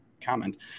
comment